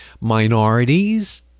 Minorities